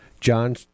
John